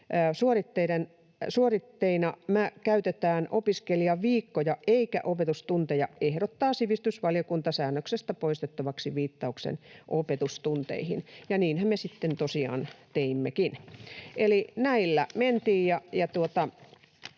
suoritteina käytetään opiskelijaviikkoja eikä opetustunteja, ehdottaa sivistysvaliokunta säännöksestä poistettavaksi viittauksen opetustunteihin, ja niinhän me sitten tosiaan teimmekin. Eli näillä mentiin.